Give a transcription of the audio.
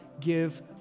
give